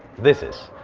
this is.